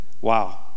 Wow